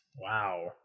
wow